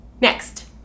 next